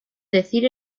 decir